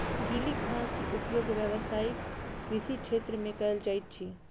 गीली घास के उपयोग व्यावसायिक कृषि क्षेत्र में कयल जाइत अछि